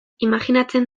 imajinatzen